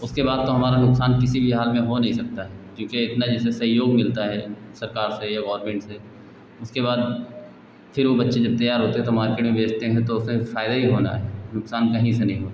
उसके बाद तो हमारा नुकसान किसी भी हाल में हो नहीं सकता क्योंकि इतना उसमें सहयोग मिलता है सरकार से या गोरमेंट से उसके बाद फ़िर जब वह बच्चे तैयार होते तो मार्केट में बेचते हैं तो उससे फायदा ही होना नुकसान कहीं से नहीं होता है